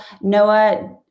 Noah